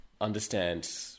understand